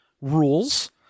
rules